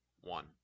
one